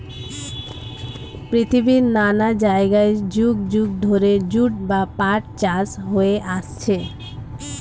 পৃথিবীর নানা জায়গায় যুগ যুগ ধরে জুট বা পাট চাষ হয়ে আসছে